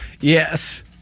Yes